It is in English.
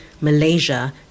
Malaysia